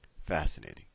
Fascinating